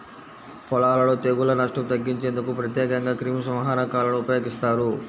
పొలాలలో తెగుళ్ల నష్టం తగ్గించేందుకు ప్రత్యేకంగా క్రిమిసంహారకాలను ఉపయోగిస్తారు